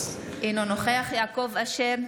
אינו נוכח יעקב אשר,